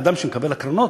אדם שמקבל הקרנות,